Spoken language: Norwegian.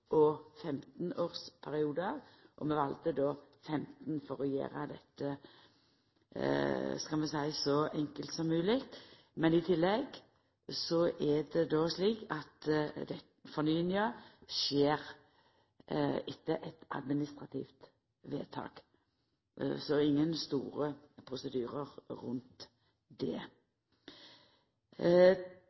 valde 15 for å gjera dette så enkelt som mogleg, men i tillegg er det slik at fornyinga skjer etter eit administrativt vedtak – så ingen store prosedyrar rundt det.